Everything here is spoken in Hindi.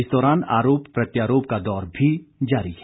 इस दौरान आरोप प्रत्यारोप का दौर भी जारी है